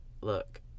Look